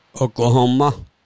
Oklahoma